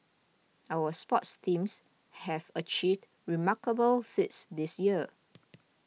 our sports teams have achieved remarkable feats this year